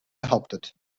behauptet